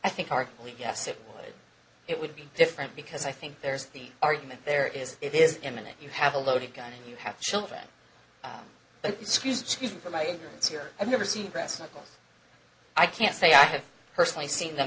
i think hard to believe yes it would it would be different because i think there's the argument there is it is imminent you have a loaded gun and you have children but excuse me for my entrance here i've never seen brass knuckles i can't say i have personally seen them